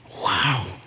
Wow